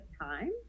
time